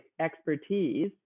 expertise